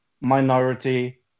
minority